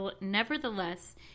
Nevertheless